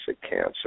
cancer